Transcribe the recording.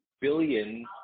billion